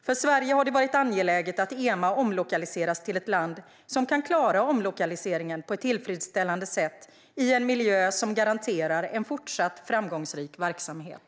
För Sverige har det varit angeläget att EMA omlokaliseras till ett land som kan klara omlokaliseringen på ett tillfredsställande sätt i en miljö som garanterar en fortsatt framgångsrik verksamhet.